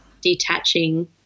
Detaching